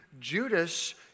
Judas